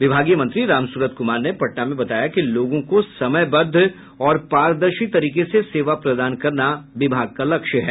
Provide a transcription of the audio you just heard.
विभागीय मंत्री रामसूरत कुमार ने पटना में बताया कि लोगों को समयबद्व और पारदर्शी तरीके से सेवा प्रदान करना विभाग का लक्ष्य है